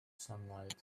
sunlight